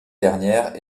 dernière